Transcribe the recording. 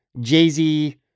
Jay-Z